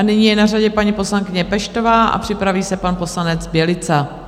Nyní je na řadě paní poslankyně Peštová a připraví se pan poslanec Bělica.